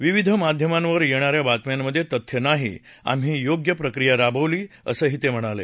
विविध माध्यमांवर येणाऱ्या बातम्यांमधे तथ्य नाही आम्ही योग्य प्रक्रिया राबवली असंही ते म्हणाले